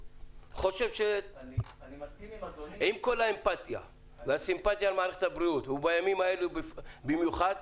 עם כל האמפטיה והסימפטיה למערכת הבריאות בימים האלה במיוחד,